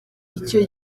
icyo